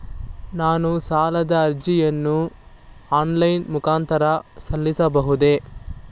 ನಾನು ಸಾಲದ ಅರ್ಜಿಯನ್ನು ಆನ್ಲೈನ್ ಮುಖಾಂತರ ಸಲ್ಲಿಸಬಹುದೇ?